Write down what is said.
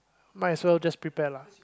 might as well just prepare lah